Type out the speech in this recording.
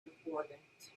important